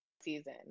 season